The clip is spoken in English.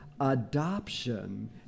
adoption